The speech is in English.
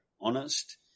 honest